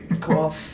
Cool